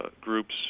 groups